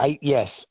Yes